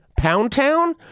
Poundtown